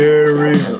Gary